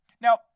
Now